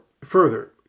Further